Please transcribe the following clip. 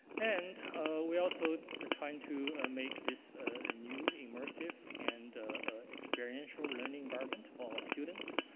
and we also are trying to ah make this ah new immersive and experiential learning environment for our students.